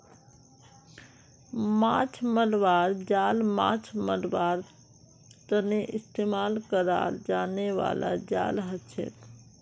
माछ मरवार जाल माछ मरवार तने इस्तेमाल कराल जाने बाला जाल हछेक